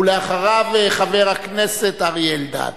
ואחריו, חבר הכנסת אריה אלדד.